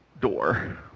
door